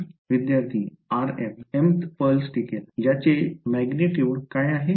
विद्यार्थी rm mth pulse टिकेल त्याचे मॅगनीट्युड काय आहे